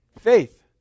Faith